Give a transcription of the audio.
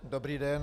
Dobrý den.